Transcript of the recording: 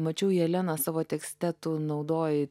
mačiau jelena savo tekste tu naudoji